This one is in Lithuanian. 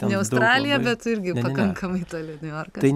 ne australija bet irgi pakankamai toli niujorkas